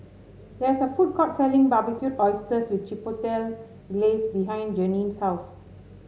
there is a food court selling Barbecued Oysters with Chipotle Glaze behind Janine's house